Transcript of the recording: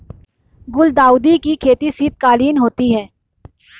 गुलदाउदी की खेती शीतकालीन होती है